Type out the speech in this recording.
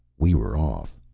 we were off!